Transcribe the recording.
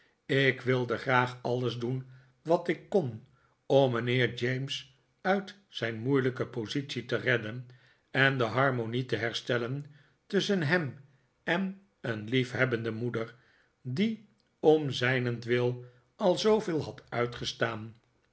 ik wilde graag alles doen wat ik kon om mijnheer james uit zijn moeilijke ppsitie te redden en de harmonie te herstellen tusschen hem en een liefhebbende moeder die om zijnentwil al zooveel had uitgestaan